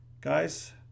guys